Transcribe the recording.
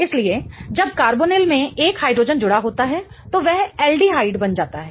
इसलिए जब कार्बोनिल में एक हाइड्रोजन जुड़ा होता है तो वह एल्डिहाइड बन जाता है